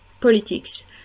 politics